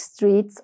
streets